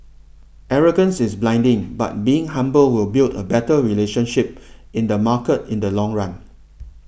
arrogance is blinding but being humble will build a better relationship in the market in the long run